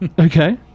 Okay